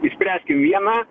išspręskim vieną